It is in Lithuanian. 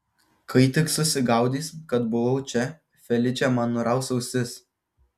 kai tik susigaudys kad buvau čia feličė man nuraus ausis